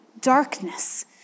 darkness